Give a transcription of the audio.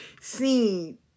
seen